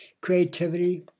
creativity